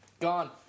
Gone